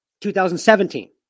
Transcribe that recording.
2017